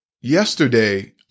yesterday